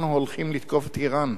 אנחנו הולכים לתקוף את אירן.